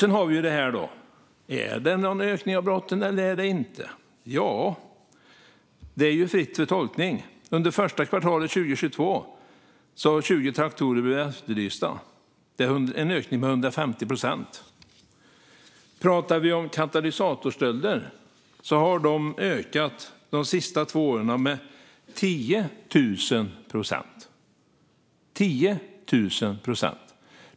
Sedan har vi det här med om det är någon ökning av antalet brott eller inte. Ja, det är fritt för tolkning. Under det första kvartalet 2022 har 20 traktorer blivit efterlysta. Det är en ökning med 150 procent. Antalet katalysatorstölder har ökat de senaste två åren med 10 000 procent.